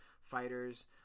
fighters